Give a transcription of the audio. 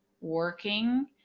working